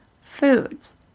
foods